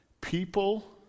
People